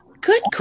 Good